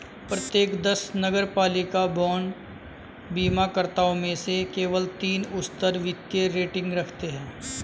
प्रत्येक दस नगरपालिका बांड बीमाकर्ताओं में से केवल तीन उच्चतर वित्तीय रेटिंग रखते हैं